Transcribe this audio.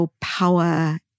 power